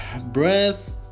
breath